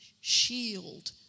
shield